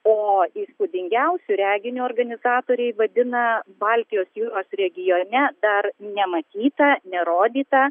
o įspūdingiausiu reginiu organizatoriai vadina baltijos jūros regione dar nematytą nerodytą